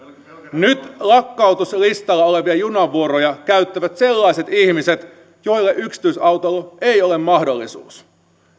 nyt lakkautuslistalla olevia junavuoroja käyttävät sellaiset ihmiset joille yksityisautoilu ei ole mahdollisuus